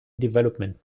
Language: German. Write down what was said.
development